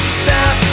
stop